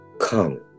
Come